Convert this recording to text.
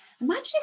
imagine